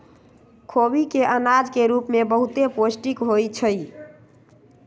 खोबि के अनाज के रूप में बहुते पौष्टिक होइ छइ